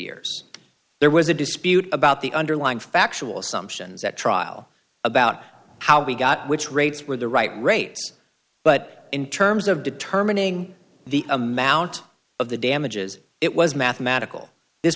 years there was a dispute about the underlying factual assumptions at trial about how we got which rates were the right race but in terms of determining the amount of the damages it was mathematical this